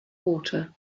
water